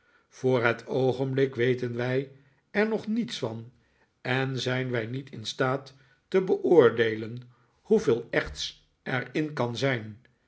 voor het oogenblik weten wij er nog niets van en zijn wij niet in staat te beoordeelen hoeveel echts er in kan zijn